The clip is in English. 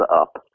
Up